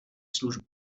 služby